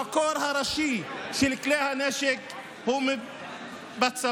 המקור הראשי של כלי הנשק הוא בצבא,